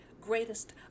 Greatest